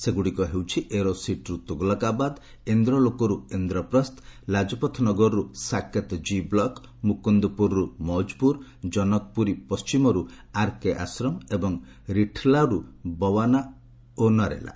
ସେଗୁଡ଼ିକ ହେଲା ଏରୋସିଟିରୁ ତୁଗଲକାବାଦ୍ ଇନ୍ଦ୍ରଲୋକରୁ ଇନ୍ଦ୍ରପ୍ରସ୍ତ ଲାଜପଥ ନଗରରୁ ସାକେତ୍ ଜି ବ୍ଲକ୍ ମୁକୁନ୍ଦପୁରରୁ ମୌଜପୁର କନକପୁରୀ ପଣ୍ଟିମରୁ ଆର୍କେ ଆଶ୍ରମ ଏବଂ ରିଠାଲାରୁ ବୱାନା ଓ ନରେଲା